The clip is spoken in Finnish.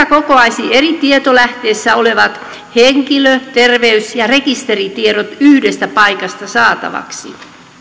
kokoaisi eri tietolähteissä olevat henkilö terveys ja rekisteritiedot yhdestä paikasta saataviksi